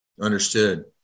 Understood